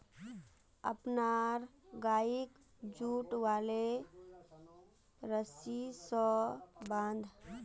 अपनार गइक जुट वाले रस्सी स बांध